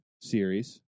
series